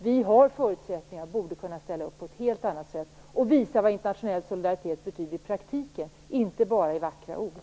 Vi har förutsättningar och borde kunna ställa upp på ett helt annat sätt och visa vad internationell solidaritet betyder i praktiken - inte bara i vackra ord.